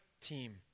team